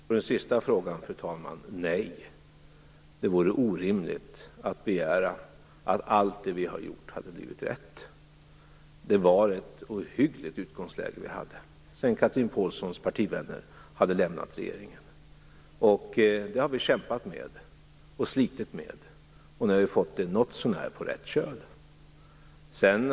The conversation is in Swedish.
Fru talman! På den sista frågan vill jag svara nej. Det vore orimligt att begära att allt det vi har gjort skulle ha blivit rätt. Det var ett ohyggligt utgångsläge vi hade sedan Chatrine Pålssons partivänner hade lämna regeringen. Det har vi kämpat och slitit med, och nu har vi fått ekonomin något så när på rätt köl.